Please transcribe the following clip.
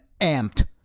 amped